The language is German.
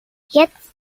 jetzt